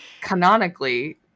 canonically